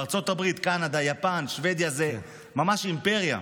בארצות הברית, קנדה, יפן, שבדיה, זה ממש אימפריה.